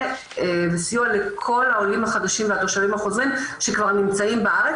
וסיוע לכל העולים החדשים והתושבים החוזרים שכבר נמצאים בארץ.